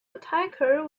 attacker